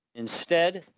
instead,